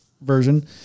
version